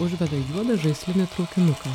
užveda juodą žaislinį traukinuką